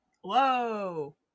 Whoa